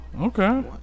Okay